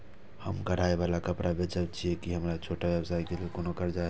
हम कढ़ाई वाला कपड़ा बेचय छिये, की हमर छोटा व्यवसाय के लिये कोनो कर्जा है?